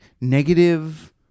Negative